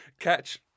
catch